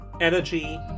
Energy